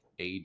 AD